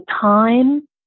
time